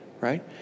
right